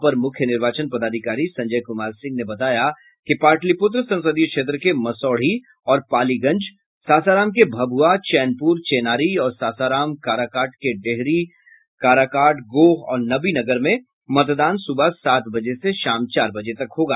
अपर मुख्य निर्वाचन पदाधिकारी संजय कुमार सिंह ने बताया कि पाटलिपुत्र संसदीय क्षेत्र के मसौढ़ी और पालीगंज सासाराम के भभुआ चैनपुर चेनारी और सासाराम काराकाट के डेहरी काराकाट गोह और नवीनगर में मतदान सुबह सात बजे से शाम चार बजे तक होगा